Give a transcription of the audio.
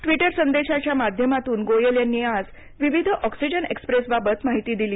Twitter संदेशाच्या माध्यमातून गोयल यांनी आज विविध ऑक्सीजन एक्सप्रेसबाबत माहिती दिली